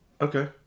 Okay